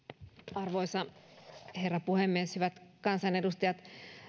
arvoisa herra puhemies hyvät kansanedustajat